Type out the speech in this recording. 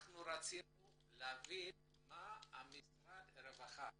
אנחנו רצינו להבין מה התכנית של משרד הרווחה,